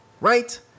Right